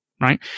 right